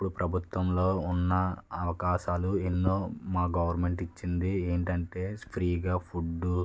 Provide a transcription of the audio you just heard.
ఇప్పుడు ప్రభుత్వంలో ఉన్న అవకాశాలు ఎన్నో మా గవర్నమెంట్ ఇచ్చింది ఏంటంటే ఫ్రీగా ఫుడ్డు